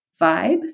vibe